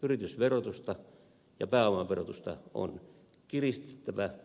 yritysverotusta ja pääomaverotusta on kiristettävä